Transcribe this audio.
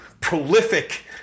prolific